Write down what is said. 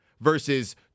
versus